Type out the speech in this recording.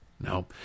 No